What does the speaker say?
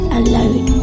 alone